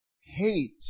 hate